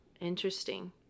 Interesting